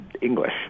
English